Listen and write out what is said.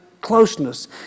closeness